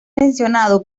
mencionado